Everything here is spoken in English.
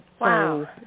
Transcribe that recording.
wow